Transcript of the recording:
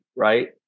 Right